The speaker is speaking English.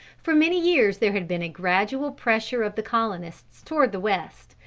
for many years there had been a gradual pressure of the colonists towards the west,